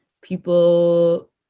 people